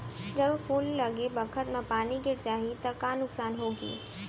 जब फूल लगे बखत म पानी गिर जाही त का नुकसान होगी?